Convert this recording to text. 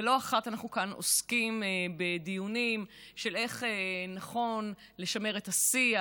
ולא אחת אנחנו כאן עוסקים בדיונים של איך נכון לשמר את השיח.